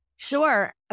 Sure